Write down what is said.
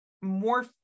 more